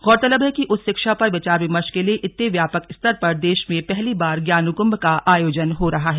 गौरतलब है कि उच्च शिक्षा पर विचार विमर्श के लिए इतने व्यापक स्तर देश में पहली बार ज्ञान कुम्भ का आयोजन हो रहा है